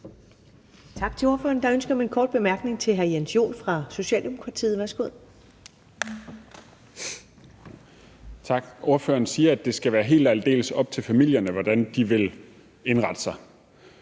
Tak til ordføreren. Der er ønske om en kort bemærkning til hr. Jens Joel fra Socialdemokratiet. Værsgo. Kl. 17:21 Jens Joel (S): Tak. Ordføreren siger, at det skal være helt og aldeles op til familierne, hvordan de vil indrette sig.